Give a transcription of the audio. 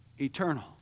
eternal